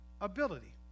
ability